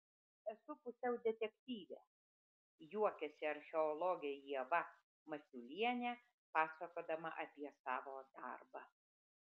esu pusiau detektyvė juokiasi archeologė ieva masiulienė pasakodama apie savo darbą